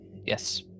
Yes